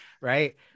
right